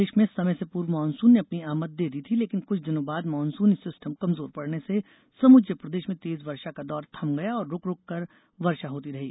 प्रदेश में समय से पूर्व मानसून ने अपनी आमद दे दी थी लेकिन कुछ दिनों बाद मानसूनी सिस्टम कमजोर पड़ने से समूचे प्रदेश में तेज वर्षा का दौर थम गया और रूक रूक कर वर्षा होती रही